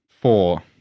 four